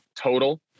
total